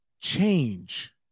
change